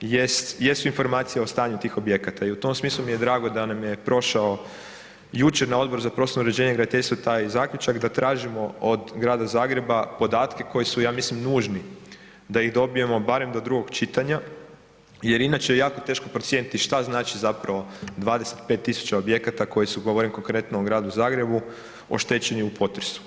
jest, jesu informacije o stanju tih objekata i u tom smislu mi je drago da nam je prošao jučer na Odboru za prostorno uređenje i graditeljstvo taj zaključak, da tražimo od Grada Zagreba podatke koji su, ja mislim, nužni da ih dobijemo barem do drugog čitanja jer inače je jako teško procijeniti što znači zapravo 25 tisuća objekata koji su, govorim konkretno o Gradu Zagrebu, oštećeni u potresu.